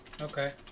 Okay